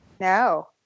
No